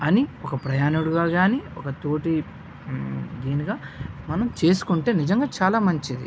అని ఒక ప్రయాణికుడిగా కానీ ఒక తోటి దీనిగా మనం చేసుకుంటే నిజంగా చాలా మంచిది